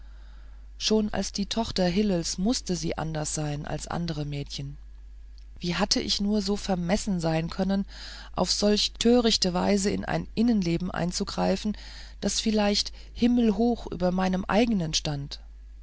schon als die tochter hillels mußte sie anders sein als andere mädchen wie hatte ich nur so vermessen sein können auf solch törichte weise in ein innenleben einzugreifen das vielleicht himmelhoch über meinem eigenen stand